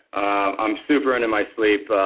i'm super into my sleep.